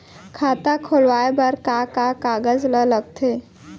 खाता खोलवाये बर का का कागज ल लगथे?